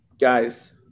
Guys